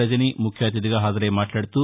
రజని ముఖ్య అతిథిగా హాజరై మాట్లాడుతూ